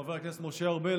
חבר הכנסת משה ארבל,